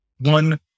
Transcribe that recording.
One